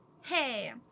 hey